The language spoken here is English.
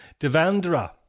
Devandra